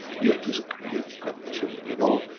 you just create a condition, you know,